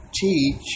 teach